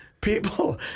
people